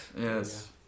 Yes